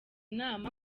inama